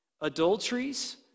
adulteries